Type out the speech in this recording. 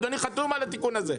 אדוני חתום על התיקון הזה,